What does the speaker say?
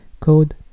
code